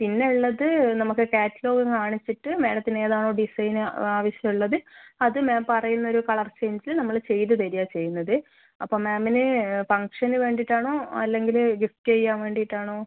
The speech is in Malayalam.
പിന്നെ ഉള്ളത് നമുക്ക് ക്യാറ്റലോഗ് കാണിച്ചിട്ട് മാഡത്തിന് ഏതാണോ ഡിസൈൻ ആ ആവശ്യമുള്ളത് അത് മാം പറയുന്ന ഒരു കളർ ചേഞ്ച് നമ്മൾ ചെയ്തുതരുകയാണ് ചെയ്യുന്നത് അപ്പം മാമിന് ഫംഗ്ഷന് വേണ്ടിയിട്ടാണോ അല്ലെങ്കിൽ ഗിഫ്റ്റ് ചെയ്യാൻ വേണ്ടിയിട്ടാണോ